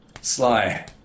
Sly